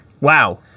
Wow